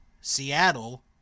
Seattle